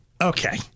Okay